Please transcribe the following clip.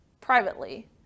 privately